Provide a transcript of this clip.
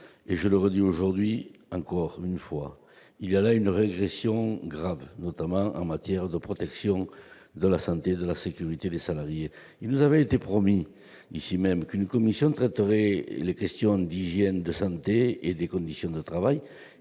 et je le redis aujourd'hui encore une fois, il s'agit d'une grave régression, notamment en matière de protection de la santé et de la sécurité des salariés. On nous avait promis qu'une commission traiterait les questions d'hygiène et de santé et celles liées aux conditions de travail